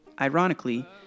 Ironically